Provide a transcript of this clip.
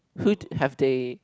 who have they